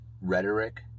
rhetoric